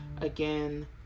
again